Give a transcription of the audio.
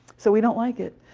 so we don't like it.